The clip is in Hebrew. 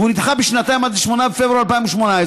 והוא נדחה בשנתיים עד ל-8 בפברואר 2018,